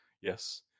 Yes